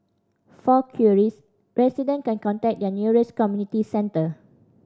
for queries resident can contact their nearest community centre